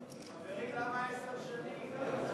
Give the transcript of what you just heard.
חברים, למה עשר שנים?